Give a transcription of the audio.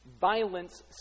violence